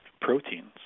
proteins